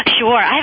Sure